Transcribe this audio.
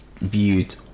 Viewed